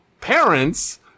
parents